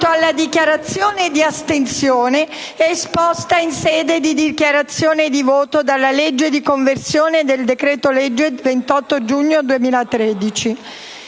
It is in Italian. alla dichiarazione di astensione espressa dal Gruppo in sede di dichiarazione di voto sulla legge di conversione del decreto-legge 28 giugno 2013,